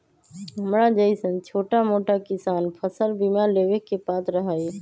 हमरा जैईसन छोटा मोटा किसान फसल बीमा लेबे के पात्र हई?